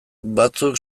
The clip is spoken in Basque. batzuk